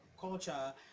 culture